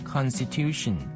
Constitution